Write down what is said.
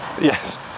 Yes